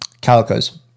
calicos